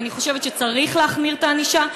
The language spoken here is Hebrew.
כי אני חושבת שצריך להחמיר את הענישה,